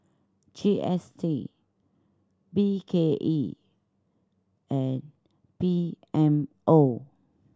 G S T B K E and P M O